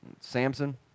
Samson